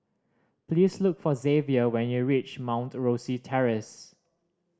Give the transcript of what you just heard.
please look for Xzavier when you reach Mount Rosie Terrace